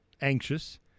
anxious